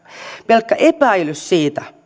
pelkkä epäilys siitä